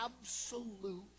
absolute